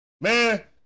man